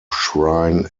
shrine